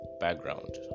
background